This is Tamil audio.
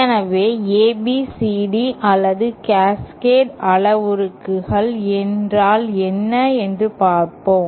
எனவே ABCD அல்லது கேஸ்கேட் அளவுருக்கள் என்றால் என்ன என்று பார்ப்போம்